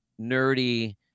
nerdy